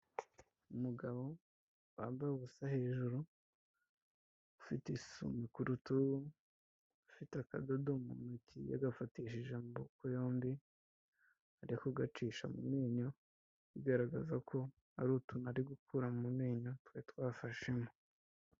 Umugabo wambaye ubusa hejuru, ufite isume ku rutugu, afite akadodo mu ntoki yagafatishije amboboko yombi, arikugacisha mu menyo, bigaragaza ko ari utuntu ari gukura mu menyo, twa twafashemo.